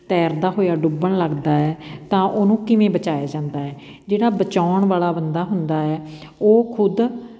ਤੈਰਦਾ ਹੋਇਆ ਡੁੱਬਣ ਲੱਗਦਾ ਹੈ ਤਾਂ ਉਹਨੂੰ ਕਿਵੇਂ ਬਚਾਇਆ ਜਾਂਦਾ ਹੈ ਜਿਹੜਾ ਬਚਾਉਣ ਵਾਲਾ ਬੰਦਾ ਹੁੰਦਾ ਹੈ ਉਹ ਖੁਦ